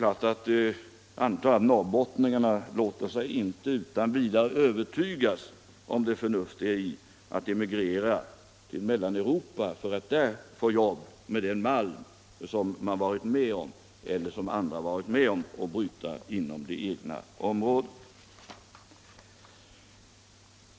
Jag antar att norrbottningarna inte utan vidare låter sig övertygas om det förnuftiga i att emigrera till Mellaneuropa för att där få jobb med den malm som andra norrbottningar varit med om att bryta inom det egna området.